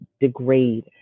degrade